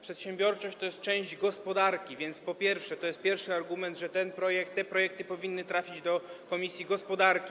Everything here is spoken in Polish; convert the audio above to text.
Przedsiębiorczość to jest część gospodarki, więc po pierwsze, to jest pierwszy argument za tym, że te projekty powinny trafić do komisji gospodarki.